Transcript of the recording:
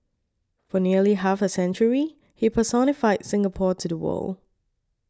for nearly half a century he personified Singapore to the world